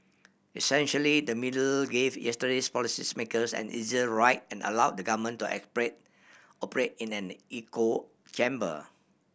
essentially the media gave yesterday's policy makers an easier ride and allowed the government to operate in an echo chamber